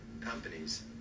companies